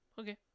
okay